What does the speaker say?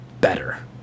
better